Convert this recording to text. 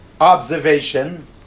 observation